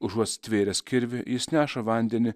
užuot stvėręs kirvį jis neša vandenį